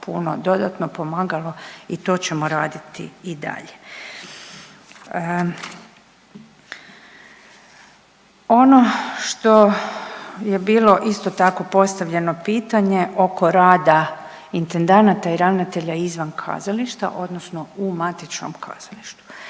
puno dodatno pomagalo i to ćemo raditi i dalje. Ono što je bilo isto tako postavljeno pitanje oko rada intendanata i ravnatelja izvan kazališta odnosno u matičnom kazalištu.